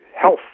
health